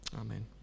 Amen